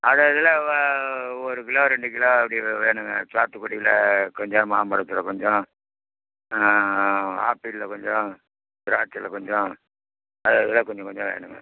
அது அதில் ஒரு கிலோ ரெண்டு கிலோ அப்படி வேணும்ங்க சாத்துக்குடியில் கொஞ்சம் மாம்பழத்துல கொஞ்சம் ஆப்பிளில் கொஞ்சம் திராட்சையில் கொஞ்சம் அது அதில் கொஞ்சம் கொஞ்சம் வேணும்ங்க